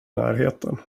närheten